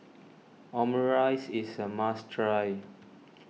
Omurice is a must try